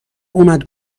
اومد